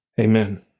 Amen